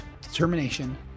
determination